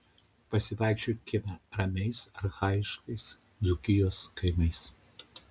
pasivaikščiokime ramiais archaiškais dzūkijos kaimais